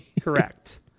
Correct